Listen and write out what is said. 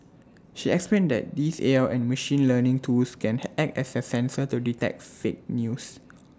she explained that these A I and machine learning tools can hi act as A sensor to detect fake news